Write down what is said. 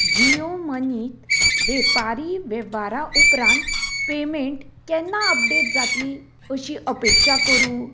जियो मनीत वेपारी वेव्हारा उपरान पेमॅट केन्ना अपडेट जातली अशी अपेक्षा करूं